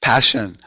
Passion